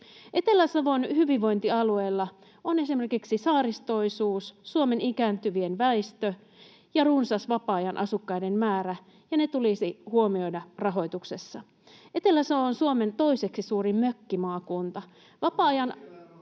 Etelä-Savon hyvinvointialueella on esimerkiksi saaristoisuus, Suomen ikääntyvien väestö ja runsas vapaa-ajan asukkaiden määrä, ja ne tulisi huomioida rahoituksessa. Etelä-Savo on Suomen toiseksi suurin mökkimaakunta. [Aki